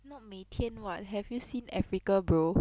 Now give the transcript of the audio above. not 每天 [what] have you seen africa bro